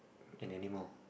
an animal